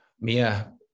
Mia